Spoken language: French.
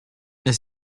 est